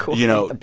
you know,